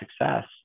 success